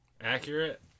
accurate